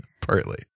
Partly